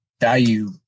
value